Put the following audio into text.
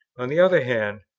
on the other hand,